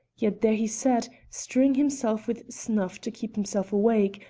yet there he sat, strewing himself with snuff to keep himself awake,